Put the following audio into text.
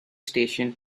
station